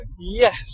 yes